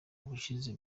ubushize